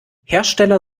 hersteller